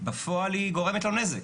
בפועל היא גורמת לו נזק,